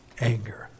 anger